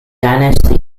dynasty